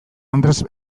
andres